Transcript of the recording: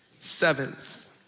seventh